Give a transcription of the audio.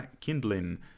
kindling